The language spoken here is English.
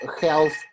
health